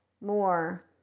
more